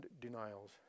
denials